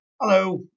Hello